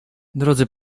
drodzy